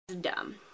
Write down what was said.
Dumb